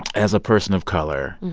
as a person of color,